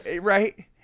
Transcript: right